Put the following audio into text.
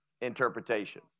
interpretation